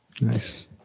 Nice